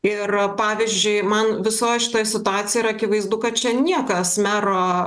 ir pavyzdžiui man visoj šitoj situacijoj akivaizdu kad čia niekas mero